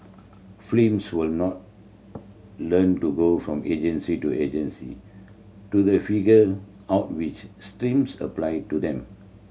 frames will not learn to go from agency to agency to they figure out which streams apply to them